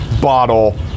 bottle